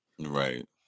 Right